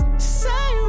Say